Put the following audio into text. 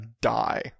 die